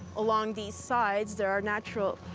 along these sides, there are natural,